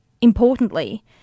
Importantly